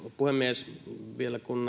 puhemies kun